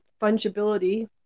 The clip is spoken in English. fungibility